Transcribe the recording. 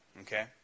okay